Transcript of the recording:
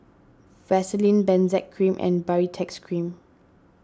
Vaselin Benzac Cream and Baritex Cream